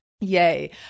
Yay